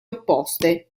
opposte